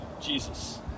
Jesus